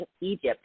Egypt